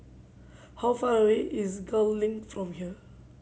how far away is Gul Link from here